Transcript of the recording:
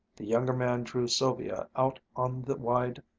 the younger man drew sylvia out on the wide,